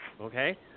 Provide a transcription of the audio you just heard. Okay